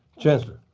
chancellor.